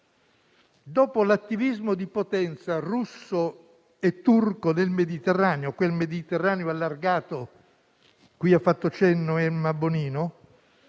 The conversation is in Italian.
Dopo l'attivismo di potenza russo e turco nel Mediterraneo, quel Mediterraneo allargato cui ha fatto cenno Emma Bonino,